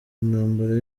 ntambara